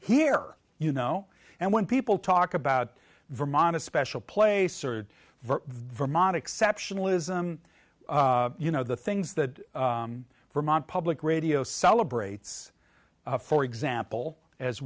here you know and when people talk about vermont a special place or vermont exceptionalism you know the things that vermont public radio celebrates for example as